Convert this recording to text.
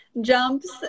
jumps